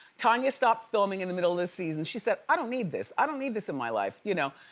tanya stopped filming in the middle of the season she said, i don't need this. i don't need this in my life. you know?